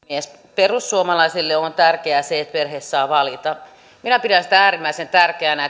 perussuomalaisille on tärkeää se että perhe saa valita minä pidän sitä äärimmäisen tärkeänä